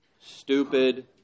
stupid